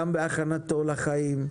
גם בהכנתו לחיים,